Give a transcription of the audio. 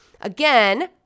Again